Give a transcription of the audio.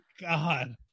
god